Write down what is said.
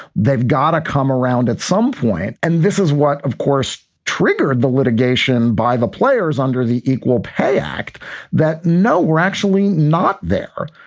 they've got to come around at some point. and this is what of course triggered the litigation by the players under the equal pay act that no, we're actually not there.